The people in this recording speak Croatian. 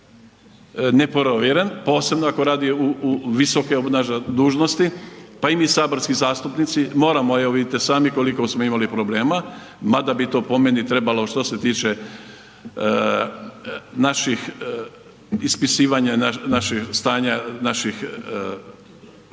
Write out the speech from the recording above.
ne provjeren, posebno ako radi visoke dužnosti, pa i mi saborski zastupnici moramo. Evo vidite sami koliko smo imali problema, mada bi to po meni trebalo što se tiče naših ispisivanja stanja naših, da,